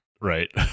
right